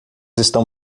estão